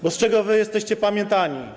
Bo z czego jesteście pamiętani?